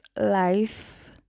life